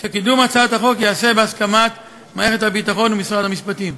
ושקידום הצעת החוק ייעשה בהסכמת מערכת הביטחון ומשרד המשפטים.